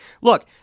look